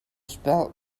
spilt